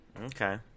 Okay